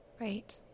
right